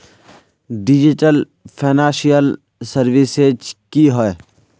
Digital financial services की होय?